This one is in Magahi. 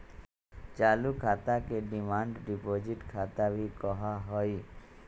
चालू खाता के डिमांड डिपाजिट खाता भी कहा हई